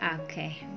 Okay